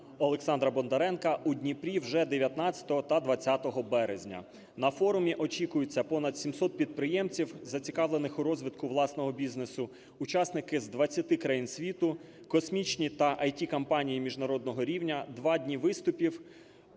Олександра Бондаренка у Дніпрі вже 19 та 20 березня. На форумі очікується понад 700 підприємців, зацікавлених у розвитку власного бізнесу, учасники з 20 країн світу, космічні та ІТ-компанії міжнародного рівня, два дні виступів,